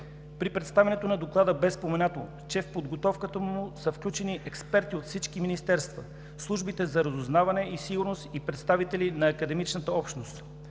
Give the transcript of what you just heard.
При представянето на Доклада бе споменато, че в подготовката му са били включени експерти от всички министерства, службите за разузнаване и сигурност и представители на академичната общност.